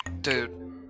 Dude